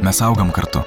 mes augam kartu